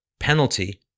penalty